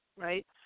right